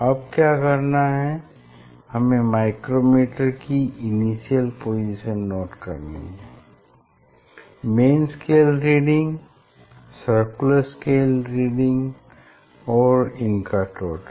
अब क्या करना है हमें माइक्रोमीटर की इनिशियल पोजीशन नोट करनी है main scale reading circular scale reading और इनका टोटल